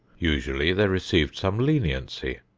usually they received some leniency,